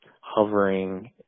hovering